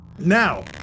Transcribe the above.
Now